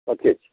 ରଖିଅଛି